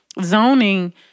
Zoning